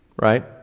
right